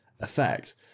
effect